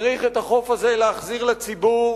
צריך את החוף הזה להחזיר לציבור.